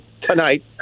tonight